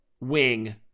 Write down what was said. wing